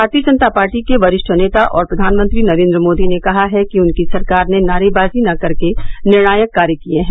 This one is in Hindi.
भारतीय जनता पार्टी के वरिष्ठ नेता और प्रधानमंत्री नरेन्द्र मोदी ने कहा है कि उनकी सरकार ने नारेबाजी न करके निर्णायक कार्य किए हैं